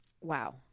Wow